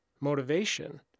motivation